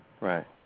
Right